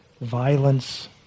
violence